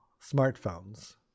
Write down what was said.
smartphones